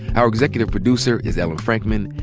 our executive producer is ellen frankman.